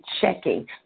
checking